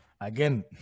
Again